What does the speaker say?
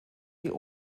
die